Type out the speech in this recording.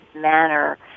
manner